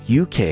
UK